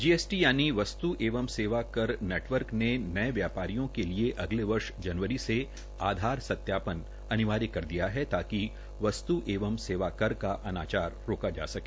GST यानि वस्त् एवं सेवा कर नेटवर्क ने नये व्यापारियों के लिए अगले वर्ष जनवरी से आधार सत्यापन अनिवार्य कर दिया है ताकि वस्त् एवं सेवा कर का अनाचार रोका जा सके